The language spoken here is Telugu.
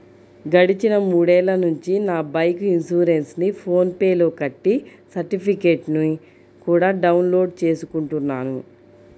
గడిచిన మూడేళ్ళ నుంచి నా బైకు ఇన్సురెన్సుని ఫోన్ పే లో కట్టి సర్టిఫికెట్టుని కూడా డౌన్ లోడు చేసుకుంటున్నాను